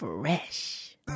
fresh